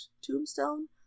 tombstone